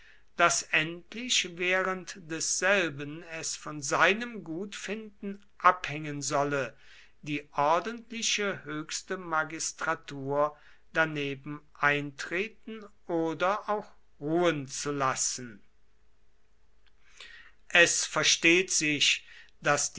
daß endlich während desselben es von seinem gutfinden abhängen solle die ordentliche höchste magistratur daneben eintreten oder auch ruhen zu lassen es versteht sich daß